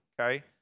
okay